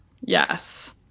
Yes